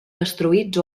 destruïts